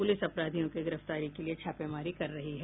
police अपराधियों की गिरफ्तारी के लिए छापेमारी कर रही है